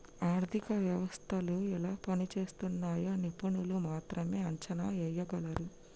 ఆర్థిక వ్యవస్థలు ఎలా పనిజేస్తున్నయ్యో నిపుణులు మాత్రమే అంచనా ఎయ్యగలరు